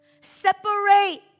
Separate